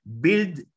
build